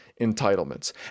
entitlements